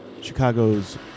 Chicago's